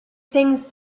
things